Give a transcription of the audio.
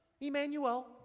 Emmanuel